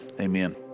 amen